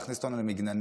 להכניס אותנו למגננה.